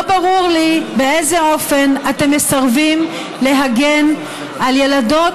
לא ברור לי באיזה אופן אתם מסרבים להגן על ילדות,